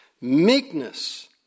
Meekness